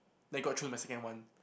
then got through my second one